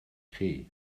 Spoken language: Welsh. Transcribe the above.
chi